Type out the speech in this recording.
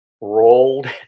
rolled